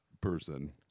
person